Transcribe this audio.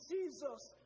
Jesus